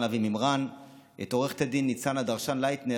אבי מימרן את עו"ד ניצנה דרשן-לייטנר,